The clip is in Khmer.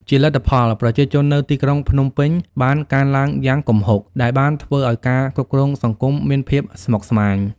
ជាលទ្ធផល ប្រជាជននៅទីក្រុងភ្នំពេញបានកើនឡើងយ៉ាងគំហុក ដែលបានធ្វើឲ្យការគ្រប់គ្រងសង្គមមានភាពស្មុគស្មាញ។